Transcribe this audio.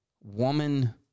woman